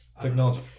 technology